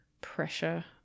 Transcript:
pressure